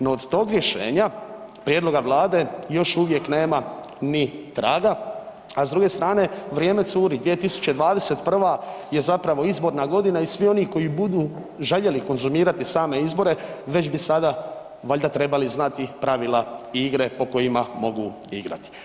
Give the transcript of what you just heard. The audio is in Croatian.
No, od tog rješenja, prijedloga Vlade još uvijek nema ni traga, a s druge strane vrijeme curi, 2021. je zapravo izborna godina i svi oni koji budu željeli konzumirati same izbor već bi sada valjda trebali znati pravila igre po kojima mogu igrati.